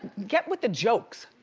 get with the jokes!